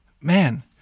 man